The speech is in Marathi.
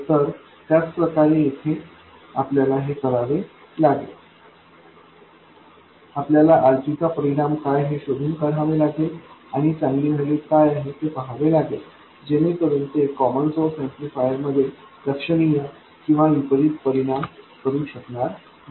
तर त्याचप्रकारे येथे आपल्याला हे करावे लागेल आपल्याला RG चा परिणाम काय हे शोधून काढावे लागेल आणि चांगली व्हॅल्यू काय आहे ते पहावे लागेल जेणेकरून ते कॉमन सोर्स ऍम्प्लिफायर मध्ये लक्षणीय किंवा विपरित परिणाम करू शकणार नाही